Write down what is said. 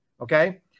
okay